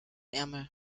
ärmel